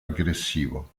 aggressivo